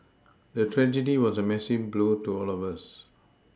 the tragedy was a massive blow to all of us